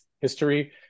history